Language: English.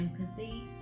empathy